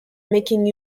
making